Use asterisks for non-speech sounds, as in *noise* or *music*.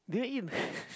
do you eat *laughs*